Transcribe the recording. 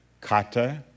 kata